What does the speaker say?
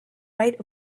right